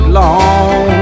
long